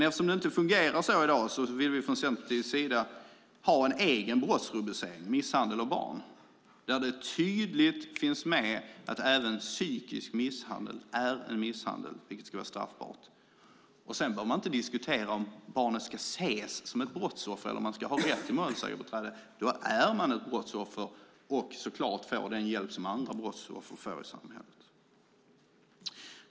Eftersom det inte fungerar så i dag vill vi från Centerpartiets sida ha en egen brottsrubricering, misshandel av barn, där det tydligt finns med att även psykisk misshandel är misshandel, vilket skulle vara straffbart. Sedan behöver man inte diskutera om barnet ska ses som ett brottsoffer eller ha rätt till målsägarbiträde. Då är man ett brottsoffer och ska så klart få den hjälp som andra brottsoffer får i samhället.